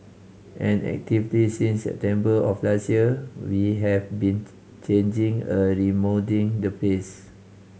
and actively since September of last year we have been changing a remoulding the place